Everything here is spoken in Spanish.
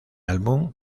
álbum